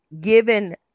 given